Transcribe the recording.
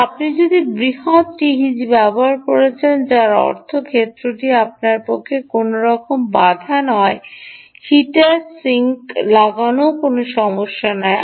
তবে আপনি যদি বৃহত টিইজি ব্যবহার করছেন যার অর্থ ক্ষেত্রটি আপনার পক্ষে কোনও বাধা নয় হিটার সিঙ্ক লাগানোও কোনও সমস্যা নয়